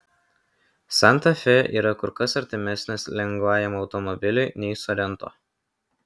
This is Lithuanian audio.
santa fe yra kur kas artimesnis lengvajam automobiliui nei sorento